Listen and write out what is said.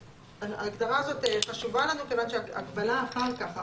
ההגדרה הזאת חשובה לנו מכיוון שהגבלה אחר כך,